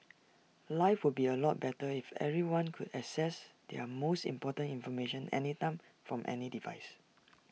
life would be A lot better if everyone could access their most important information anytime from any device